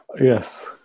Yes